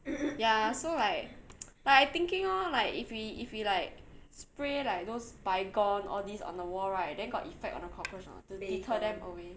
ya so like like I thinking orh like if we if we like spray like those Baygon all these on the wall right then got effect on the cockroach or not to deter them away